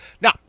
now